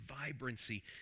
vibrancy